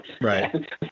Right